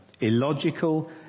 illogical